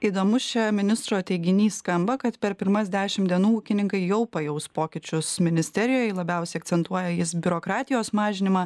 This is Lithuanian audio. įdomus čia ministro teiginys skamba kad per pirmas dešim dienų ūkininkai jau pajaus pokyčius ministerijoj labiausiai akcentuoja jis biurokratijos mažinimą